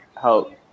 help